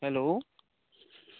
hello